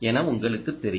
என உங்களுக்குத் தெரியும்